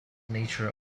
nature